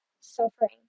suffering